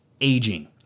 aging